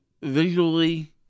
visually